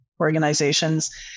organizations